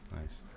Nice